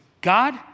God